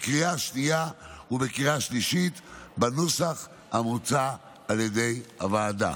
בקריאה השנייה ובקריאה השלישית בנוסח המוצע על ידי הוועדה.